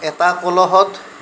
এটা কলহত